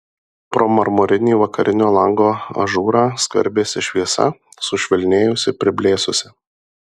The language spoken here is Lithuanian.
pro marmurinį vakarinio lango ažūrą skverbėsi šviesa sušvelnėjusi priblėsusi